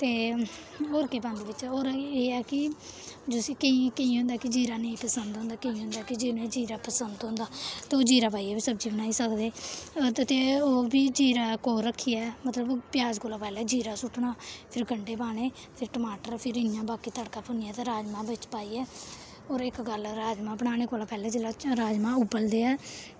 ते होर केह् पांदे बिच होर एह् ऐ कि जुसी केईं केइयें होंदा कि जीरा नेईं पसंद होंदा केइयें होंदा कि जि'नें ई जीरा पसंद होंदा ते ओह् जीरा पाइये बी सब्जी बनाई सकदे ते ओह् बी जीरा कोल रखियै मतलब प्याज कोला पैह्लें जीरा सुट्टना फिर गंडे पाने फिर टमाटर फिर इ'यां बाकि तड़का भु'न्नियै ते राजमांह् बिच पाइये होर इक गल्ल राजमांह् बनाने कोला पैह्लें जेल्लै राजमांह् उबलदे ऐ